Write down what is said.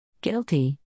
Guilty